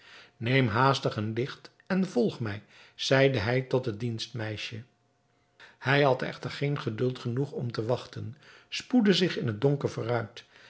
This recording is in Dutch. neem haastig een licht en volg mij zeide hij tot het dienstmeisje hij had echter geen geduld genoeg om te wachten spoedde zich in het donker vooruit